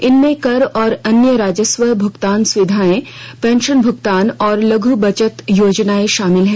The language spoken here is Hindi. इनमें कर और अन्य राजस्व भुगतान सुविधाएं पेंशन भुगतान और लघू बचत योजनाएं शामिल हैं